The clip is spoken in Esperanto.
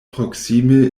proksime